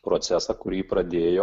procesą kurį pradėjo